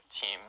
team